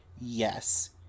yes